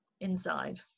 inside